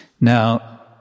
Now